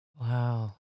Wow